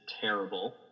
terrible